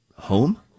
Home